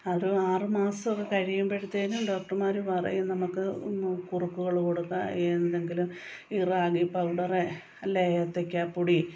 അത് ആറുമാസമൊക്കേ കഴിയുമ്പോഴത്തേനും ഡോക്ടർമാർ പറയും നമുക്ക് കുറുക്കുകൾ കൊടുക്കാം എന്തെങ്കിലും ഈ റാഗി പൗഡർ അല്ലെ ഏത്തക്ക പൊടി